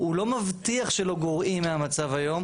הוא לא מבטיח שלא גורעים מהמצב היום,